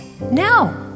No